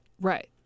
Right